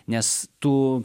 nes tu